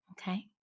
Okay